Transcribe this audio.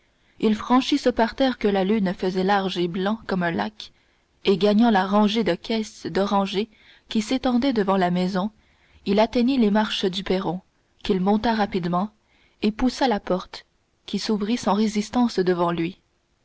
il franchit ce parterre que la lune faisait large et blanc comme un lac et gagnant la rangée de caisses d'orangers qui s'étendait devant la maison il atteignit les marches du perron qu'il monta rapidement et poussa la porte qui s'ouvrit sans résistance devant lui